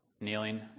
kneeling